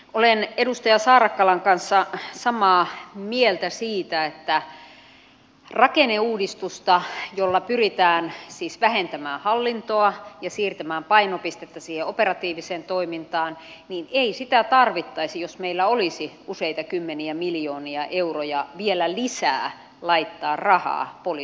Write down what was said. olen edustaja saarakkalan kanssa samaa mieltä siitä että rakenneuudistusta jolla siis pyritään vähentämään hallintoa ja siirtämään painopistettä siihen operatiiviseen toimintaan ei tarvittaisi jos meillä olisi useita kymmeniä miljoonia euroja vielä lisää laittaa rahaa poliisitoimeen